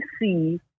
see